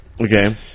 Okay